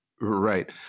Right